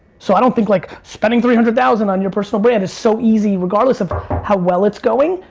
so i don't think like, spending three hundred thousand on your personal brand is so easy regardless of how well it's going,